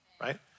Right